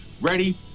ready